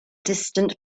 distant